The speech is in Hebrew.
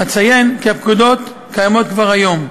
אציין כי הפקודות קיימות כבר היום.